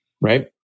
right